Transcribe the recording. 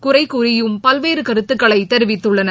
குறை கூறியும் பல்வேறு கருத்துக்களைத் தெரிவித்துள்ளன